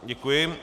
Děkuji.